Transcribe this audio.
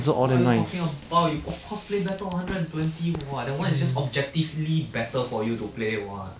what are you talking about you of course play better on hundred and twenty what that one is just objectively better for you to play [what]